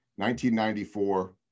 1994